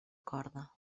corda